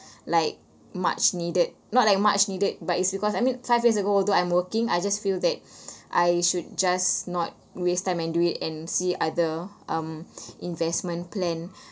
like much needed not that much needed but it's because I mean five years ago although I'm working I just feel that I should just not waste time and do it and see other um investment plan